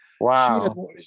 wow